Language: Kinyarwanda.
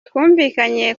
twumvikanye